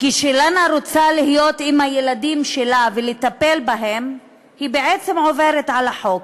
כשלאנה רוצה להיות עם הילדים שלה ולטפל בהם היא בעצם עוברת על החוק.